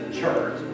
church